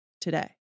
today